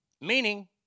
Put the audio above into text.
Meaning